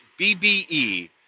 BBE